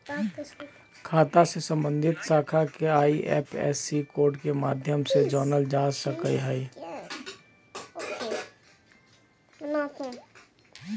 खाता से सम्बन्धित शाखा के आई.एफ.एस.सी कोड के माध्यम से जानल जा सक हइ